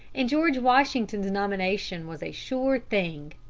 and george washington's nomination was a sure thing.